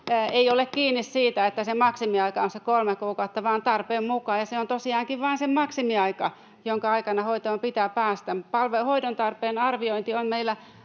ei ole kiinni siitä, että se maksimiaika on kolme kuukautta, vaan tarpeen mukaan. Ja se on tosiaankin vain se maksimiaika, jonka aikana hoitoon pitää päästä. Hoidon tarpeen arviointi on meillä